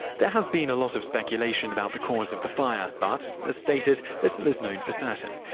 there has been a lot of speculation about the cause of the fire, but, as stated, little is known for certain.